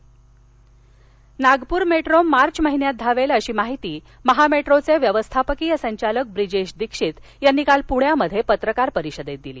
Nagpur metro Nagpur metro मार्च महिन्यात धावेल अशी माहिती महामेट्रोचे व्यवस्थापकीय संचालक ब्रिजेश दीक्षित यांनी काल प्रण्यात पत्रकार परिषदेत दिली